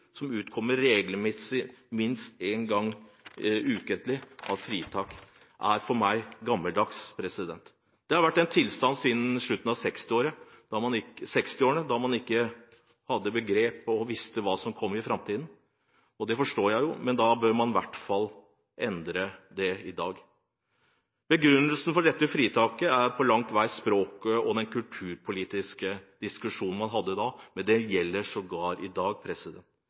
som utkommer regelmessig med minst ett nummer ukentlig». Det er for meg gammeldags. Dette har vært tilstanden siden slutten av 1960-årene, da man ikke hadde begrep om eller visste hva som ville komme i framtiden. Det forstår jeg, men da bør man i hvert fall endre dette i dag. Begrunnelsen for dette fritaket er langt på vei språket og den kulturpolitiske diskusjonen man hadde da, men dette gjelder sågar i dag.